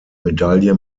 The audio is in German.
medaille